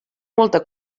molta